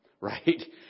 Right